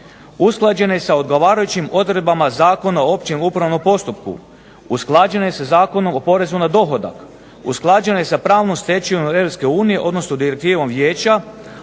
usklađene sa odgovarajućim odredbama Zakona o općem upravnom postupku usklađene sa Zakonom o porezu na dohodak, usklađene sa pravnom stečevinom Europske unije, odnosno Direktivom Vijeća,